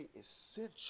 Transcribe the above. essential